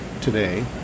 today